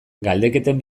galdeketen